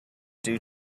due